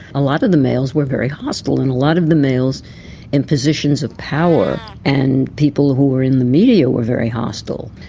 a lot of the males were very hostile and a lot of the males in positions of power and people who were in the media were very hostile.